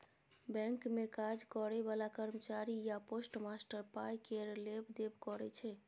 bank मे काज करय बला कर्मचारी या पोस्टमास्टर पाइ केर लेब देब करय छै